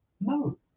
No